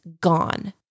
gone